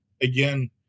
Again